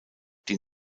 die